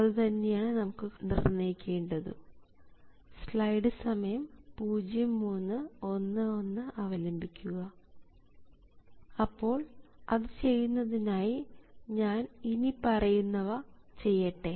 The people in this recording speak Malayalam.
അതുതന്നെയാണ് നമുക്ക് നിർണ്ണയിക്കേണ്ടതും അപ്പോൾ അത് ചെയ്യുന്നതിനായി ഞാൻ ഇനിപ്പറയുന്നവ ചെയ്യട്ടെ